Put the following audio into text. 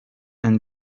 and